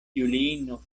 juliino